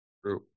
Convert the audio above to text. True